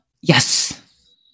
Yes